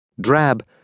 drab